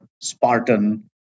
Spartan